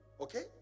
Okay